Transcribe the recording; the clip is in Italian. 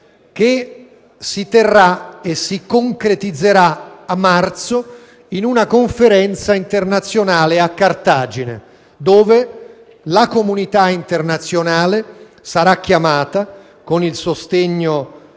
che si esprimerà e si concretizzerà a marzo in una Conferenza internazionale a Cartagine, dove la comunità internazionale sarà chiamata, con il sostegno